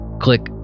Click